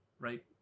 Right